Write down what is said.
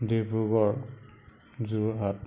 Dibrugarh Jorhat